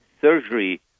surgery